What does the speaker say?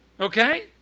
Okay